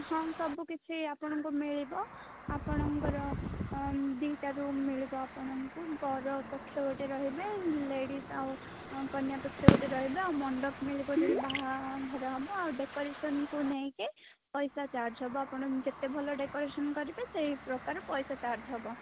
ହଁ ସବୁକିଛି ଆପଣଙ୍କୁ ମିଳିବ ଆପଣଙ୍କର ଦୁଇଟା ରୁମ୍ ମିଳିବ ଆପଣଙ୍କୁ ବରପକ୍ଷ ଗୋଟେ ରହିବେ ଲେଡ଼ିସ୍ ଆଉ କନ୍ୟା ପକ୍ଷ ଗୋଟେ ରହିବେ ଆଉ ମଣ୍ଡପ ମିଳିବ ଯେଉଁଠି ବାହାଘର ହବ ଆଉ ଡେକୋରେସନ୍କୁ ନେଇକି ପଇସା ଚାର୍ଜ୍ ହବ ଆପଣ ଯେତେ ଭଲ ଡେକୋରେସନ୍ କରିବେ ସେଇ ପ୍ରକାର ପଇସା ଚାର୍ଜ୍ ହବ